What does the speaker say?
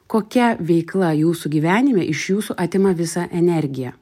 kokia veikla jūsų gyvenime iš jūsų atima visą energiją